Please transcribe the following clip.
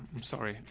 i'm sorry.